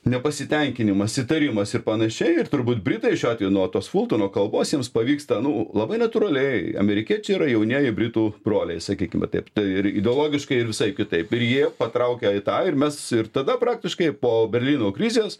nepasitenkinimas įtarimas ir panašiai ir turbūt britai šiuo atveju nuo tos fultono kalbos jiems pavyksta nu labai natūraliai amerikiečiai yra jaunieji britų broliai sakykim va taip ir ideologiškai ir visaip kitaip ir jie patraukia į tą ir mes ir tada praktiškai po berlyno krizės